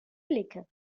blicke